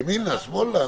ימינה, שמאלה.